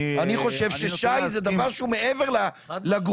אני חושב ש-שי הוא דבר מעבר לגרוש.